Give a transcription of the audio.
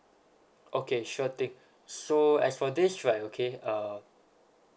okay sure thing so as for this right okay uh